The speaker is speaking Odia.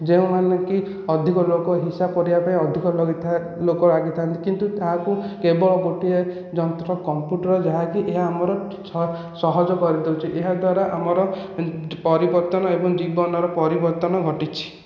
ଯେଉଁମାନେ କି ଅଧିକ ଲୋକ ହିସାବ କରିବା ପାଇଁ ଅଧିକ ଲୋକ ଲାଗିଥାନ୍ତି କିନ୍ତୁ ତାହାକୁ କେବଳ ଗୋଟିଏ ଯନ୍ତ୍ର କମ୍ପ୍ୟୁଟର୍ ଯାହାକି ଏହା ଆମର ସହଜ କରିଦେଉଛି ଏହାଦ୍ୱାରା ଆମର ପରିବର୍ତ୍ତନ ଏବଂ ଜୀବନର ପରିବର୍ତ୍ତନ ଘଟିଛି